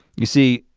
you see,